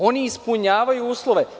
Oni ispunjavaju uslove.